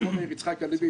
זה לא מאיר יצחק הלוי.